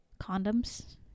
condoms